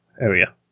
area